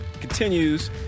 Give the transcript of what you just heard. continues